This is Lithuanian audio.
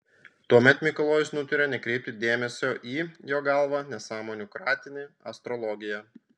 tuomet mikalojus nutarė nekreipti dėmesio į jo galva nesąmonių kratinį astrologiją